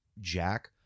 Jack